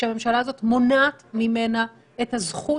שהממשלה הזו מונעת ממנה את הזכות,